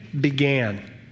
began